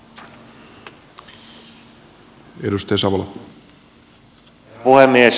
herra puhemies